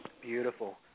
Beautiful